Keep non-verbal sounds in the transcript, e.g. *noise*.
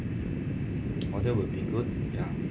*noise* oh that will be good ya